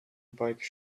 bike